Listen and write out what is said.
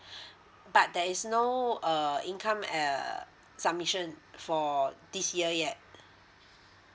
but there is no uh income err submission for this year yet